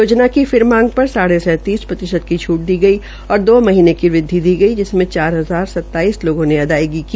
योजना की फिर मांग पर साढ़े सैतीस प्रतिशत की छूट दी गई और दो महीने की वृद्वि की जिसमें चार हजार सताइस लोगों ने अदायगी की